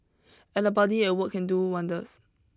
and a buddy at work can do wonders